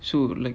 so like